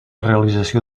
realització